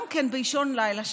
גם כן באישון לילה,